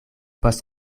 post